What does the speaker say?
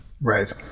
Right